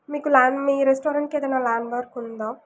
మీకు ల్యాండ్ మీ రెస్టారెంట్కి ఏదైనా ల్యాండ్మార్క్ ఉందా